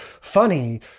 funny